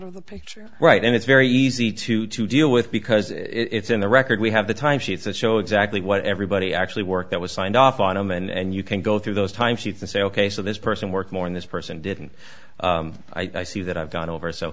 of the picture right and it's very easy to to deal with because it's in the record we have the time sheets that show exactly what everybody actually worked that was signed off on them and you can go through those time sheets and say ok so this person worked more in this person didn't i see that i've gone over so